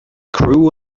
crew